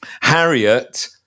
Harriet